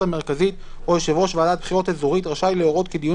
המרכזית או יושב ראש ועדת בחירות אזורית רשאי להורות כי דיון